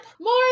More